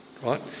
right